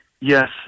Yes